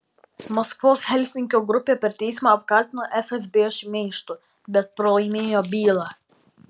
maskvos helsinkio grupė per teismą apkaltino fsb šmeižtu bet pralaimėjo bylą